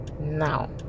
now